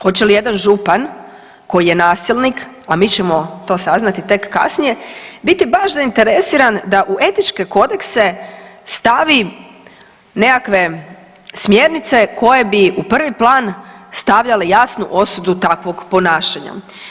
Hoće li jedan Župan koji je nasilnik, a mi ćemo to saznati tek kasnije biti baš zainteresiran da u etičke kodekse stavi nekakve smjernice koje bi u prvi plan stavljali jasnu osudu takvog ponašanja.